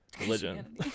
religion